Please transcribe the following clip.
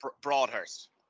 Broadhurst